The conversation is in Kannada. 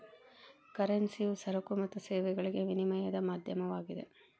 ಕರೆನ್ಸಿಯು ಸರಕು ಮತ್ತು ಸೇವೆಗಳಿಗೆ ವಿನಿಮಯದ ಮಾಧ್ಯಮವಾಗಿದೆ